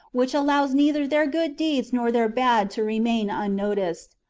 which allows neither their good deeds nor their bad to remain unnoticed.